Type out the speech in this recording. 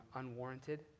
unwarranted